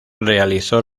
realizó